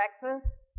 breakfast